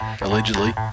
allegedly